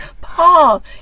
paul